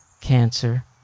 cancer